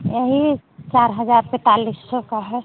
यही चार हजार पैंतालिस सौ का है